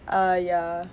err ya